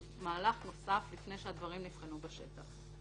מהלך נוסף לפני שהדברים נבחנו בשטח.